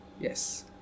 Yes